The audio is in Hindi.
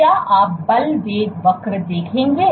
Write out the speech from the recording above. तो क्या आप बल वेग वक्र देखेंगे